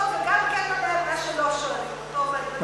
וגם כן עונה על מה שלא שואלים אותו.